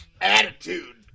attitude